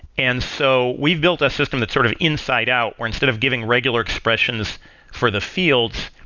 and so we've built a system that's sort of inside out, where instead of giving regular expressions for the fields,